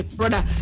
brother